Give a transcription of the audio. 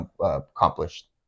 accomplished